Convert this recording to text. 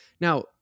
Now